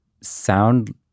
sound